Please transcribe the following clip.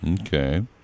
Okay